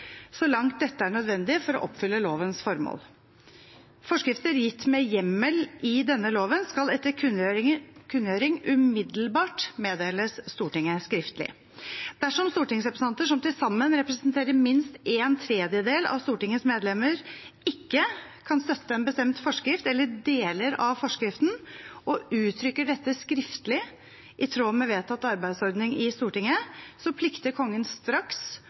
så langt dette er nødvendig for å oppfylle lovens formål. Forskrifter gitt med hjemmel i denne loven skal etter kunngjøring umiddelbart meddeles Stortinget skriftlig. Dersom stortingsrepresentanter som til sammen representerer minst en tredjedel av Stortingets medlemmer, ikke kan støtte en bestemt forskrift, eller deler av forskriften, og uttrykker dette skriftlig i tråd med vedtatt arbeidsordning i Stortinget, plikter Kongen straks